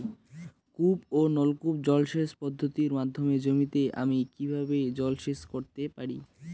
কূপ ও নলকূপ জলসেচ পদ্ধতির মাধ্যমে জমিতে আমি কীভাবে জলসেচ করতে পারি?